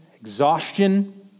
exhaustion